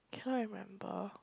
cannot remember